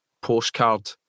postcard